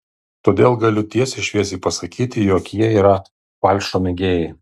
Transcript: todėl galiu tiesiai šviesiai pasakyti jog jie yra falšo mėgėjai